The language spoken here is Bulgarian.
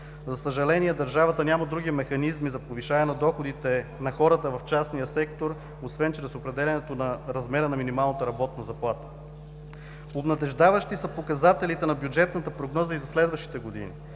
За съжаление, държавата няма други механизми за повишаване на доходите на хората в частния сектор, освен чрез определянето на размера на минималната работна заплата. Обнадеждаващи са показателите на бюджетната прогноза и за следващите години.